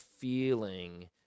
feeling